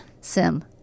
Sim